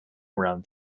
around